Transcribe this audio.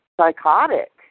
psychotic